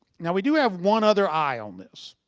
now we do have one other eye on this.